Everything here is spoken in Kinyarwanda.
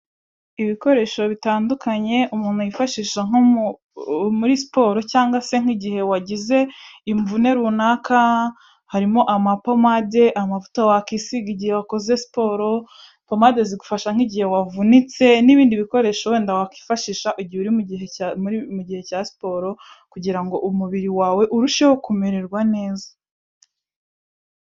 Ibikoresho bitandukanye umuntu yifashisha nko muri siporo cyangwa se igihe wagize imvune runaka, harimo ama pomade, amavuta wakisiga igihe wakoze siporo, pomade zigufasha igihe wavunitse, n’ibindi bikoresho wakwifashisha igihe uri muri siporo kugira ngo umubiri wawe urusheho kumererwa neza.